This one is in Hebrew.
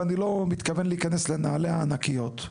ואני לא מתכוון להיכנס לנעליה הענקיות,